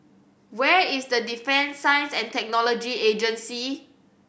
where is the Defence Science And Technology Agency